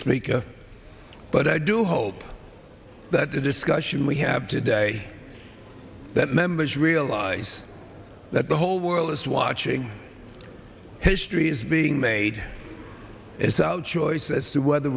snake but i do hope that the discussion we have today that members realize that the whole world is watching history is being made its out choice as to whether